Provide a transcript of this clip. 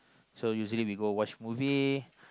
so usually we go watch movie